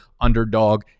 underdog